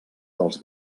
dels